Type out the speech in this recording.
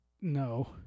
no